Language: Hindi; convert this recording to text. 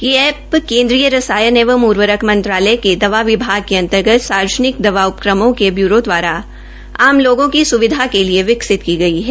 यह एप्प केन्द्रीय रसायन एवं उर्वरक मंत्रालय के दवा विभाग के अंतर्गत सार्वजनिक दवा उपक्रमों के ब्यूरो दवारा आम लोगों की सुविधा के लिए विकसित की गई है